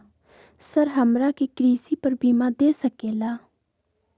Sir हमरा के कृषि पर बीमा दे सके ला?